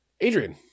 Adrian